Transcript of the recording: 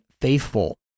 faithful